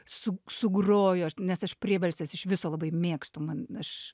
su sugrojo aš nes aš priebalsės iš viso labai mėgstu man aš